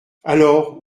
alors